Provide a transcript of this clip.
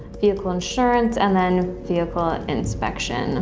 vehicle insurance and then vehicle inspection